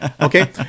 Okay